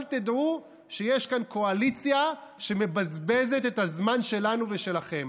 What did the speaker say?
אבל תדעו שיש כאן קואליציה שמבזבזת את הזמן שלנו ושלכם.